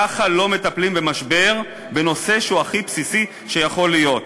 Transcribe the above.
ככה לא מטפלים במשבר בנושא שהוא הכי בסיסי שיכול להיות.